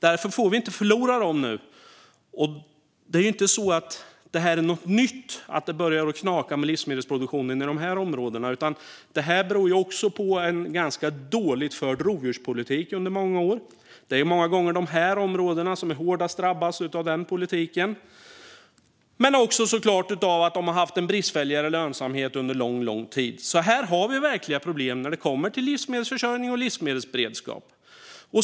Därför får vi inte förlora dem. Det är inte så att det är något nytt att det börjar att knaka med livsmedelsproduktionen i de här områdena. Det beror också på en ganska dåligt förd rovdjurspolitik under många år. Det är många gånger de här områdena som är hårdast drabbade av den politiken. Men de har såklart också haft en bristfällig lönsamhet under lång tid. Här har vi verkliga problem när det kommer till livsmedelsförsörjning och livsmedelsberedskap.